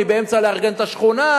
אני באמצע לארגן את השכונה,